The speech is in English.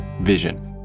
vision